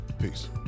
Peace